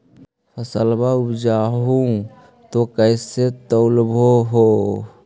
फसलबा उपजाऊ हू तो कैसे तौउलब हो?